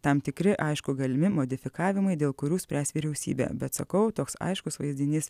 tam tikri aišku galimi modifikavimai dėl kurių spręs vyriausybė bet sakau toks aiškus vaizdinys